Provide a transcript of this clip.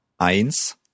Eins